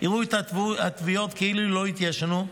יראו את התביעות כאילו לא התיישנו,